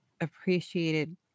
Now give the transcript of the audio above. appreciated